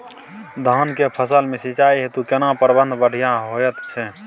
धान के फसल में सिंचाई हेतु केना प्रबंध बढ़िया होयत छै?